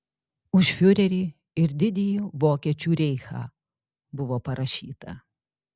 už fiurerį ir didįjį vokiečių reichą buvo parašyta